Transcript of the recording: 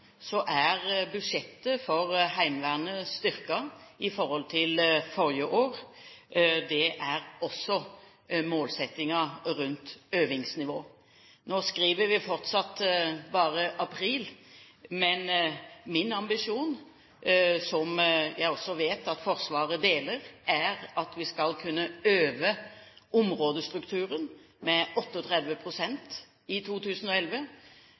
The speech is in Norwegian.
er budsjettet for Heimevernet styrket i forhold til forrige år. Det er også målsettingen rundt øvingsnivået. Nå skriver vi fortsatt bare april, men min ambisjon, som jeg også vet at Forsvaret deler, er at vi skal kunne øve områdestrukturen med 38 pst. i 2011.